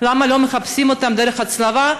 למה לא מחפשים אותם דרך הצלבה,